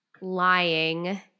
lying